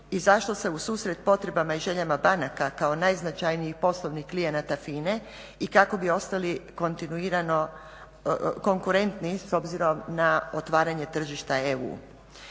izašlo se u susret potrebama i željama banaka kao najznačajnijih poslovnih klijenata FINA-e i kako bi ostali konkurentni s obzirom na otvaranje tržišta EU.